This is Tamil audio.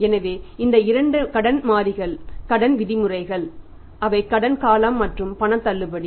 எனவே இந்த இரண்டு கடன் மாறிகள் கடன் விதிமுறைகள் அவை கடன் காலம் மற்றும் பண தள்ளுபடி